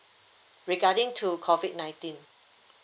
regarding to COVID nineteen